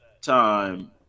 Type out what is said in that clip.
time